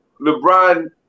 LeBron